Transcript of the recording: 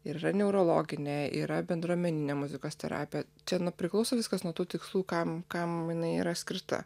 ir yra neurologinė yra bendruomeninė muzikos terapija čia nu priklauso viskas nuo tų tikslų kam kam jinai yra skirta